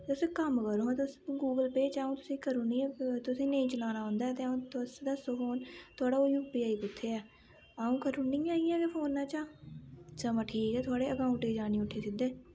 तुस इक कम्म करो हां तुस गूगल पे च अ'ऊं तुसें करुनियां तुसेंगी नेईं चलाना औंदा ऐ ते अ'ऊं तुस दस्सो फोन थुआढ़ा ओह् यू पी आई कुत्थै ऐ अ'ऊं करनी आं इ'यां बी फोना चा समां ठीक ऐ थुआढ़े अकांउट च जाने उठी सिद्धे